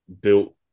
built